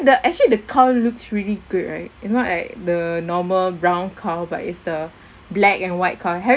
the actually the cow looks really good right it's not like the normal brown cow but is the black and white cow have